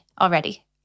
already